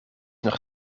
nog